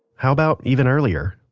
how about even earlier?